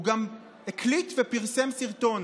הוא גם הקליט ופרסם סרטון